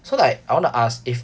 so like I wanna ask if